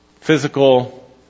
physical